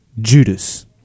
Judas